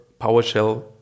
PowerShell